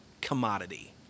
commodity